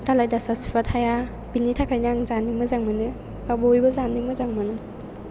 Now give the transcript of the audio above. दालाय दासा सुआ थाया बेनि थाखायनो आं जानो मोजां मोनो एबा बयबो जानो मोजां मोनो